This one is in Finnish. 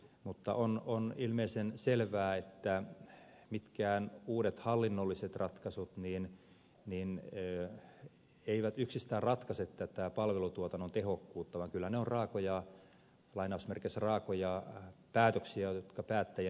mutta on ilmeisen selvää että mitkään uudet hallinnolliset ratkaisut eivät yksistään ratkaise tätä palvelutuotannon tehokkuutta vaan kyllä ne ovat raakoja päätöksiä jotka päättäjien pitää tehdä